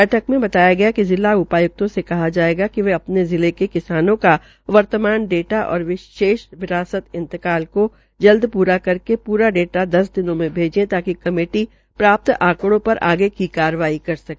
बैठक मे बताया गया जिला उ ाय्क्तों से कहा कि वे अ ने जिले के किसानों का वर्तमान डाटा और शेष विरासत इंतकाम को जल्द प्रा कराके डाटा दस दिनों में भैजे ताकि कमेटी प्राप्त आंकड़ों र आगे की कार्रवाई कर सके